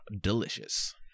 delicious